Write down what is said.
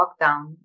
lockdown